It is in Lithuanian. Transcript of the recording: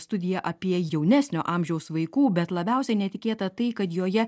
studija apie jaunesnio amžiaus vaikų bet labiausiai netikėta tai kad joje